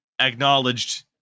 acknowledged